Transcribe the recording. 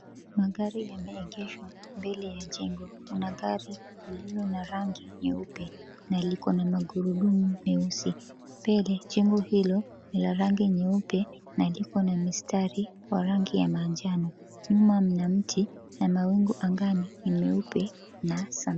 Magari yameegeshwa mbele ya jengo. Kuna gari lililo na rangi nyeupe na liko na magurudumu meusi. Mbele jengo hilo ni la rangi nyeupe na liko na mistari wa rangi ya manjano. Nyuma mna mti na mawingu angani ni meupe na samawati.